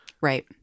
Right